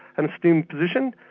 an esteemed position